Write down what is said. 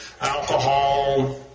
Alcohol